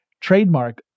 trademark